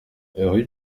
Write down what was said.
rue